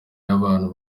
y’abantu